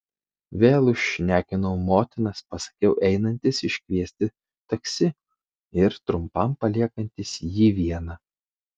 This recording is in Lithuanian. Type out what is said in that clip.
vėl užšnekinau motinas pasakiau einantis iškviesti taksi ir trumpam paliekantis jį vieną